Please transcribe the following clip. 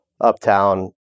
Uptown